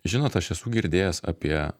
žinot aš esu girdėjęs apie